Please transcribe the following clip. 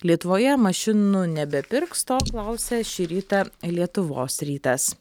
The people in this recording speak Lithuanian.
lietuvoje mašinų nebepirks to klausia šį rytą lietuvos rytas